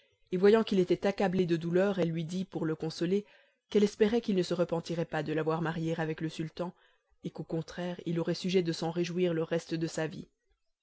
et voyant qu'il était accablé de douleur elle lui dit pour le consoler qu'elle espérait qu'il ne se repentirait pas de l'avoir mariée avec le sultan et qu'au contraire il aurait sujet de s'en réjouir le reste de sa vie